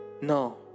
No